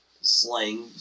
slang